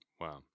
Wow